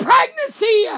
Pregnancy